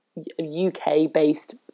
UK-based